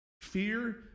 fear